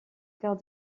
quart